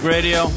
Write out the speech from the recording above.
Radio